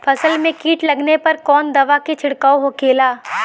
फसल में कीट लगने पर कौन दवा के छिड़काव होखेला?